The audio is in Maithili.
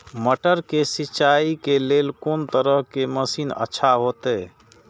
मटर के सिंचाई के लेल कोन तरह के मशीन अच्छा होते?